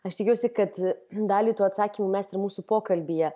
aš tikiuosi kad dalį tų atsakymų mes ir mūsų pokalbyje